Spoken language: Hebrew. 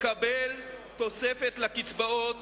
תקבל תוספת לקצבאות